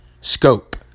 Scope